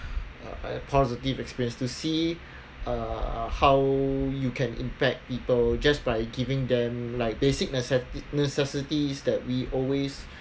uh positive experience to see how you can impact people just by giving them like basic nece~ necessities that we always